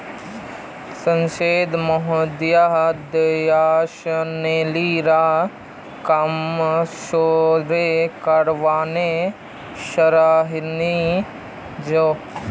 सांसद महोदय द्वारा नालीर काम शुरू करवाना सराहनीय छ